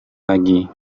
lagi